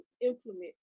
implement